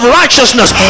righteousness